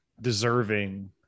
deserving